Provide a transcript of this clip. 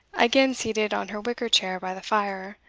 again seated on her wicker-chair by the fire,